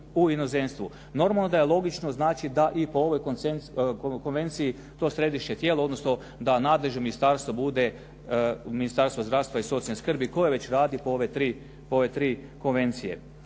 u inozemstvu. Normalno da je logično da i po ovoj Konvenciji to središnje tijelo odnosno da nadležno ministarstvo bude Ministarstvo zdravstva i socijalne skrbi koje već radi po ove tri konvencije.